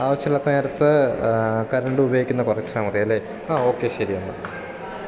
ആവശ്യമില്ലാത്ത നേരത്ത് കരണ്ടുപയോഗിക്കുന്ന കുറച്ചാൽ മതിയല്ലേ ആ ഓക്കെ ശരി എന്നാൽ